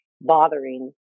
bothering